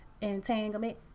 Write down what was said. entanglement